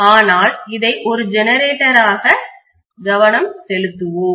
ஆனால் இதை ஒரு ஜெனரேட்டராக கவனம் செலுத்துவோம்